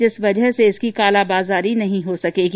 जिस वजह से इसकी कालाबाजारी नहीं हो सकेगी